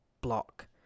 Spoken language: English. block